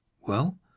Well